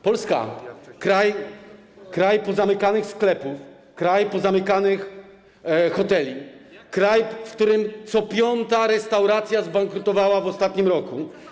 Polska, kraj pozamykanych sklepów, kraj pozamykanych hoteli, kraj, w którym co piąta restauracja zbankrutowała w ostatnim roku.